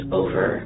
over